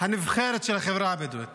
הנבחרת של החברה הבדואית,